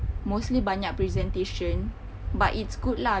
mostly banyak presentation but it's good lah